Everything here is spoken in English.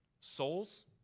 Souls